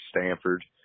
Stanford